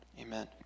Amen